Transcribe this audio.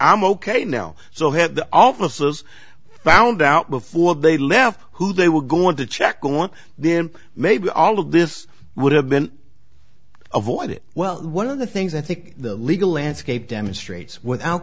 i'm ok now so had the offices found out before they left who they were going to check on then maybe all of this would have been avoided well one of the things i think the legal landscape demonstrates without